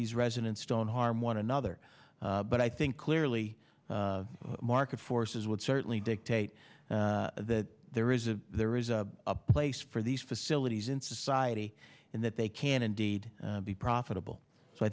these residents don't harm one another but i think clearly market forces would certainly dictate that there is a there is a place for these facilities in society and that they can indeed be profitable so i